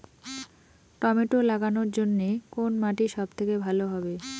Tomato লাগানোর জন্যে কোন মাটি সব থেকে ভালো হবে?